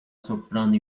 soprando